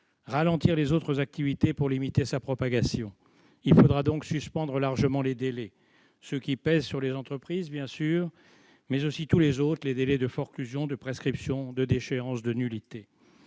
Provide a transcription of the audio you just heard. ralentir les autres activités pour limiter sa propagation. Il faudra donc suspendre largement les délais, ceux qui pèsent sur les entreprises, bien sûr, mais aussi tous les autres : forclusion, prescription, déchéance et nullité.